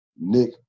Nick